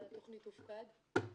והתוכנית תופקד.